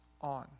on